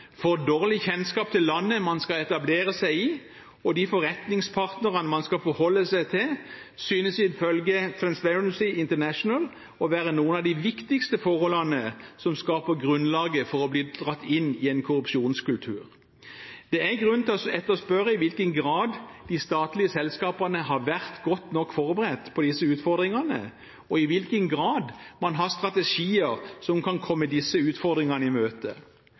for dårlig kjennskap til landet man skal etablere seg i og forretningspartnerne man skal forholde seg til, synes ifølge Transparency International å være noen av de viktigste forholdene som skaper grunnlaget for å bli dratt inn i en korrupsjonskultur. Det er grunn til å etterspørre i hvilken grad de statlige selskapene har vært godt nok forberedt på disse utfordringene, og i hvilken grad man har strategier som kan komme disse utfordringene i møte.